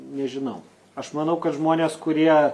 nežinau aš manau kad žmonės kurie